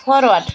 forward